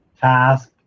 task